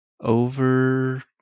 over